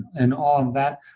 and all of that.